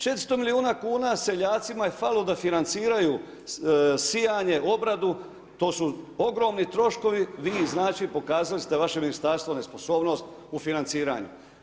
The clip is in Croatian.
400 milijuna kn seljacima je falilo da financiraju sijanje, obradu, to su ogromni troškovi, vi ih znači, pokazali ste da vaše ministarstvo nesposobnost u financiranju.